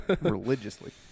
Religiously